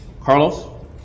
Carlos